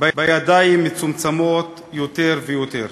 בידיים מצומצמות יותר ויותר,